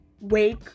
wake